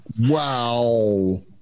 Wow